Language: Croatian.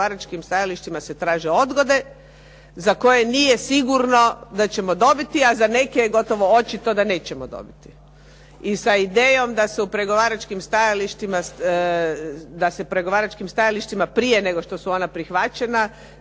pregovaračkim stajalištima se traže odgode za koje nije sigurno da ćemo dobiti, a za neke je gotovo očito da nećemo dobiti i sa idejom da se pregovaračkim stajalištima prije nego što su ona prihvaćena